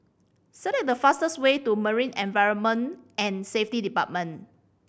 select the fastest way to Marine Environment and Safety Department